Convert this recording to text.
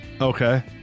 okay